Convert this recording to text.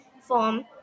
form